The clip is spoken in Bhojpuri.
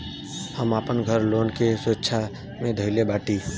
हम आपन घर लोन के सुरक्षा मे धईले बाटी